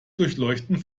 durchleuchten